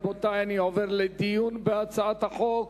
רבותי, אני עובר לדיון בהצעת החוק.